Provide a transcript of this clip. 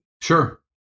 Sure